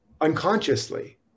unconsciously